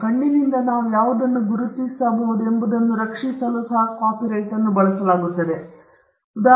ವಿನ್ಯಾಸಗಳು ಕಣ್ಣಿನಿಂದ ನಾವು ಯಾವುದನ್ನು ಗುರುತಿಸಬಹುದು ಎಂಬುದನ್ನು ರಕ್ಷಿಸಲು ವಿನ್ಯಾಸಗಳನ್ನು ಬಳಸಲಾಗುತ್ತದೆ